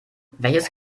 welches